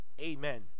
Amen